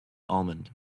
almond